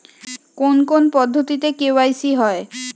কোন কোন পদ্ধতিতে কে.ওয়াই.সি হয়?